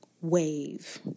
wave